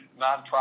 nonprofit